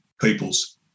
peoples